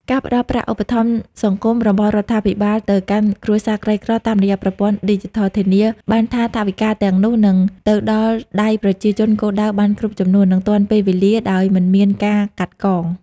ការផ្ដល់ប្រាក់ឧបត្ថម្ភសង្គមរបស់រដ្ឋាភិបាលទៅកាន់គ្រួសារក្រីក្រតាមរយៈប្រព័ន្ធឌីជីថល ធានាបានថាថវិកាទាំងនោះនឹងទៅដល់ដៃប្រជាជនគោលដៅបានគ្រប់ចំនួន និងទាន់ពេលវេលាដោយមិនមានការកាត់កង។